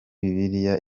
bibiliya